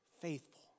faithful